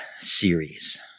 series